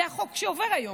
זה החוק שעובר היום,